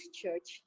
church